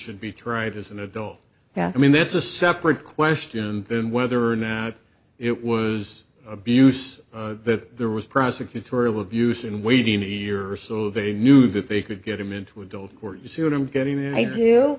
should be tried as an adult i mean that's a separate question than whether or not it was abuse that there was prosecutorial abuse in waiting a year or so they knew that they could get him into adult court you see what i'm getting